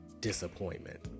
disappointment